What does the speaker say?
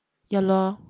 ya lor